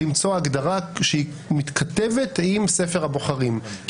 למצוא הגדרה שמתכתבת עם ספר הבוחרים.